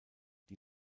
die